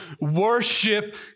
Worship